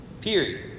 Period